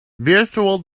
virtual